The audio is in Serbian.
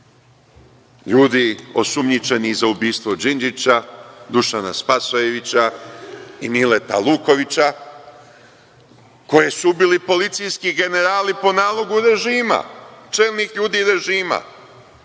ljudi osumnjičenih za ubistvo Đinđića, Dušana Spasojevića i Mileta Lukovića, koje su ubili policijski generali po nalogu režima, čelnih ljudi režima.